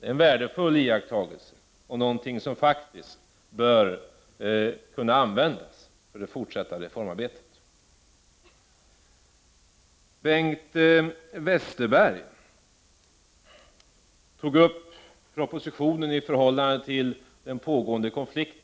Det är en värdefull iakttagelse och något som faktiskt bör kunna användas i det fortsatta reformarbetet. Bengt Westerberg berörde frågan om propositionen i förhållande till pågående konflikt.